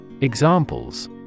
Examples